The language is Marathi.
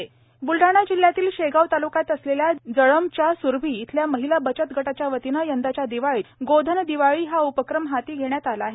गोधन दिवाळी ब्लडाणा जिल्ह्यातील शेगाव तालुक्यात असलेल्या जळंबच्या स्रभी येथील महिला बचत गटाच्या वतीनं यंदाच्या दिवाळीत गोधन दिवाळी हा उपक्रम हाती घेतला आहे